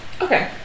Okay